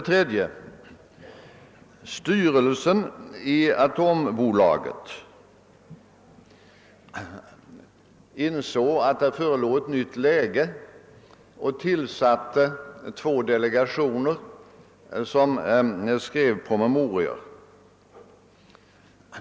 3. Styrelsen i Atomenergi insåg att det förelåg ett nytt läge och tillsatte två delegationer, som skrev olika promemorior.